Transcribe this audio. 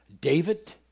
David